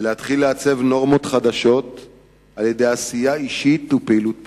ולהתחיל לעצב נורמות חדשות על-ידי עשייה אישית ופעילות פרלמנטרית.